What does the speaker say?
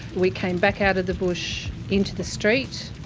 we came back out of the bush into the street.